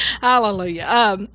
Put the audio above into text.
Hallelujah